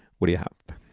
what are you up?